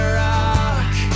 rock